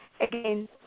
again